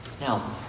Now